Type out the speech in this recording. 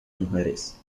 mujeres